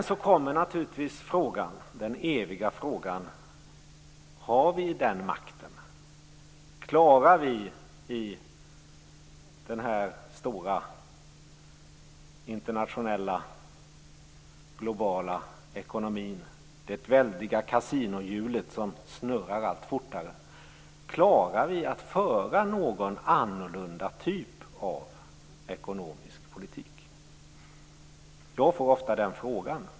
Så kommer den eviga frågan: Har vi den makten och klarar vi i den stora internationella globala ekonomin med det väldiga kasinohjulet som snurrar allt fortare att föra någon annorlunda typ av ekonomisk politik? Jag får ofta den frågan.